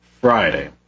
Friday